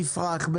עם יפרח,